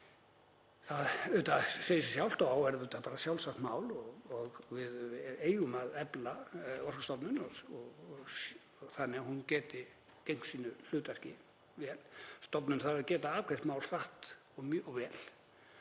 Það segir sig sjálft og á að vera sjálfsagt mál að við eigum að efla Orkustofnun þannig að hún geti gegnt sínu hlutverki vel. Stofnunin þarf að geta afgreitt mál hratt og vel